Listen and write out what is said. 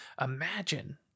Imagine